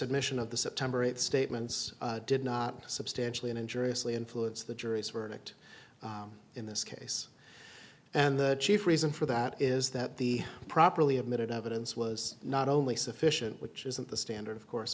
admission of the september eighth statements did not substantially and injuriously influence the jury's verdict in this case and the chief reason for that is that the properly admitted evidence was not only sufficient which isn't the standard of course